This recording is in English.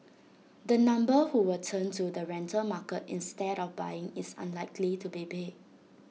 the number who will turn to the rental market instead of buying is unlikely to be big